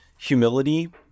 humility